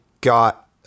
got